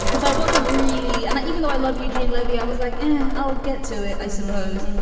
so i wasn't really and i even though i love eugene levy i was like yeah i'll get to it i suppose.